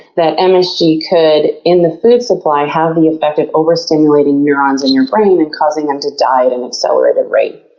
that and msg could, in the food supply, have the effect of overstimulating neurons in your brain and causing them to die at an accelerated rate.